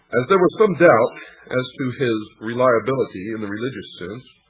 as there was some doubt as to his reliability in the religious sense,